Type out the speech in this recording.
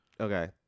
Okay